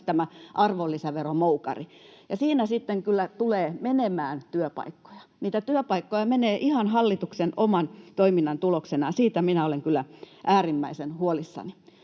tämä arvonlisäveromoukari, ja siinä sitten kyllä tulee menemään työpaikkoja. Niitä työpaikkoja menee ihan hallituksen oman toiminnan tuloksena, ja siitä minä olen kyllä äärimmäisen huolissani.